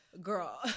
girl